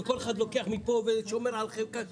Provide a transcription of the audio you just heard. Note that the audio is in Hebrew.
כאשר כל אחד לוקח מפה ושומר על החלקה שלו.